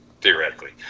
theoretically